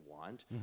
want